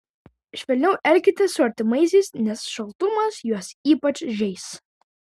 švelniau elkitės su artimaisiais nes šaltumas juos ypač žeis